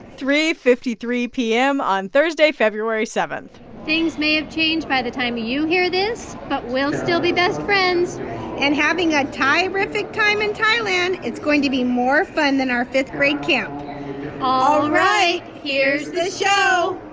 three fifty three p m. on thursday, february seven point things may have changed by the time you hear this, but we'll still be best friends and having a thai-riffic time in thailand it's going to be more fun than our fifth grade camp all right, here's the show